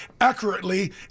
accurately